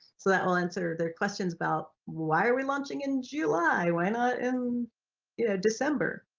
so that will answer their questions about why are we launching in july, why not in you know december,